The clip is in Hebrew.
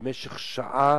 במשך שעה